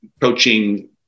coaching